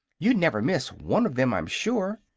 you'd never miss one of them, i'm sure!